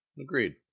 Agreed